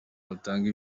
batanga